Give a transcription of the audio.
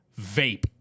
vape